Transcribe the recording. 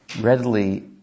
Readily